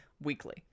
weekly